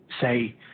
say